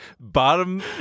bottom